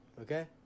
okay